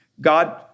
God